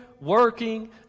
working